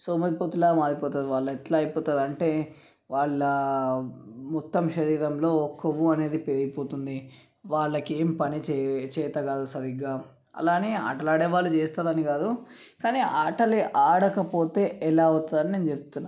సోమరిపోతులా మారిపోతారు వాళ్ళు ఎట్లా అయిపోతారంటే వాళ్ళ మొత్తం శరీరంలో క్రొవ్వు అనేది పెరిగిపోతుంది వాళ్ళకి ఏం పని చే చేతకాదు సరిగ్గా అలానే ఆటలాడేవాళ్ళు చేస్తారని కాదు కానీ ఆటలే ఆడకపోతే ఎలా అవుతారో నేను చెప్తున్నాను